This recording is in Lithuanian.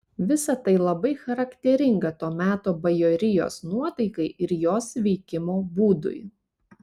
visa tai labai charakteringa to meto bajorijos nuotaikai ir jos veikimo būdui